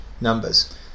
numbers